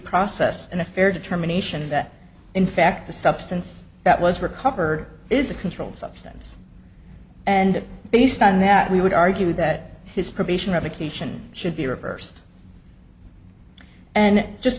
process and a fair determination that in fact the substance that was recovered is a controlled substance and based on that we would argue that his probation revocation should be reversed and just